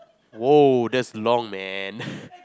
!woah! that's long man